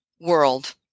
world